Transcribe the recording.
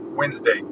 Wednesday